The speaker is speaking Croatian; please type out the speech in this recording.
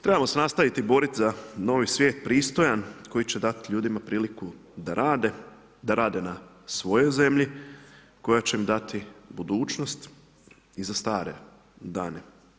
Trebamo se nastaviti boriti za novi svijet, pristojan koji će dati ljudima priliku da rade, da rade na svojoj zemlji koja će im dati budućnost i za stare dane.